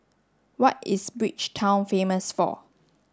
what is Bridgetown famous for